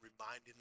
reminding